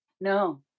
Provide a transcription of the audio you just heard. No